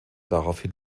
daraufhin